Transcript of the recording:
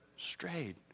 Strayed